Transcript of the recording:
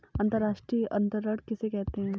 अंतर्राष्ट्रीय अंतरण किसे कहते हैं?